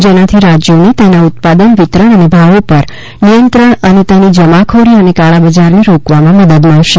જેનાથી રાજ્યોને તેના ઉત્પાદન વિતરણ અને ભાવો પર નિયંત્રણ અને તેની જમાખોરી અને કાળા બજારને રોકવામા મદદ મળશે